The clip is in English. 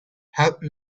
help